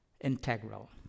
integral